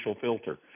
filter